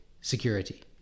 security